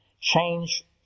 change